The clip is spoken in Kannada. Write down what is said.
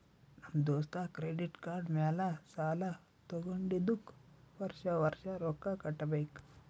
ನಮ್ ದೋಸ್ತ ಕ್ರೆಡಿಟ್ ಕಾರ್ಡ್ ಮ್ಯಾಲ ಸಾಲಾ ತಗೊಂಡಿದುಕ್ ವರ್ಷ ವರ್ಷ ರೊಕ್ಕಾ ಕಟ್ಟಬೇಕ್